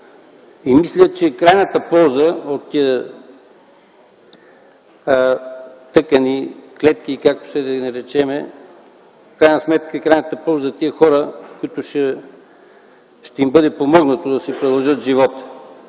И мисля, че крайната полза от тези тъкани, клетки, както искате да ги наречем, в крайна сметка крайната полза е за тези хора, на които ще бъде помогнато да си продължат живота.